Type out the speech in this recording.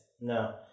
no